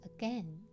Again